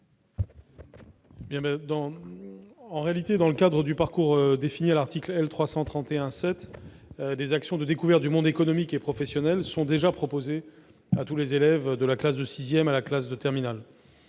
En réalité, dans le cadre du parcours défini à l'article L. 331-7 du code de l'éducation, des actions de découverte du monde économique et professionnel sont déjà proposées à tous les élèves de la classe de sixième à celle de terminale.